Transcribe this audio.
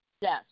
Yes